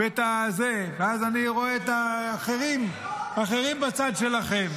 אז אני רואה את האחרים בצד שלכם,